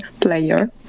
player